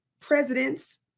presidents